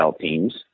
teams